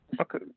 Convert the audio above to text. Okay